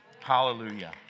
Hallelujah